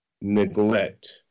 neglect